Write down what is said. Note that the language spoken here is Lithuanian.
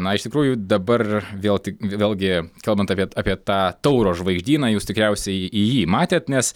na iš tikrųjų dabar vėl tik vėlgi kalbant apie apie tą tauro žvaigždyną jūs tikriausiai jį matėt nes